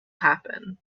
happen